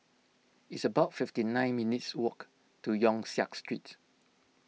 it's about fifty nine minutes' walk to Yong Siak Street